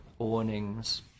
awnings